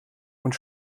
und